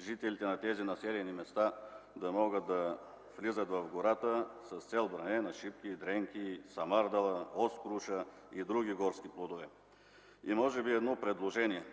жителите на тези населени места да могат да влизат в гората с цел бране на шипки, дренки, самардала, скоруша и други горски плодове? И може би едно предложение.